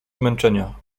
zmęczenia